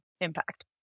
impact